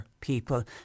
people